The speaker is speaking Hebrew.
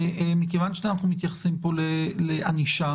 מכיוון שאנחנו מתייחסים פה לענישה,